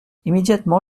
immédiatement